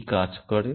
এইটি কাজ করে